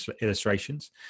illustrations